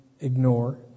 ignore